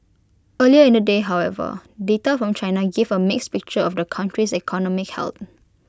earlier in the day however data from China gave A mixed picture of the country's economic health